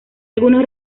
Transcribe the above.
algunos